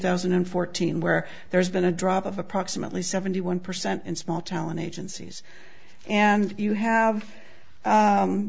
thousand and fourteen where there's been a drop of approximately seventy one percent in small town agencies and you have